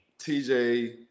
TJ